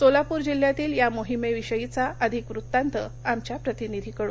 सोलापूर जिल्ह्यातील या मोहिमेविषयीचा अधिक वृत्तांत आमच्या प्रतिनिधीकडून